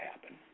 happen